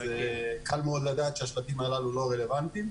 קל מאוד לדעת שהשלטים הללו לא רלוונטי.